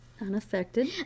Unaffected